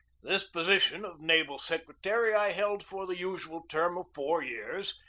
this position of naval secretary i held for the usual term of four years,